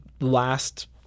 last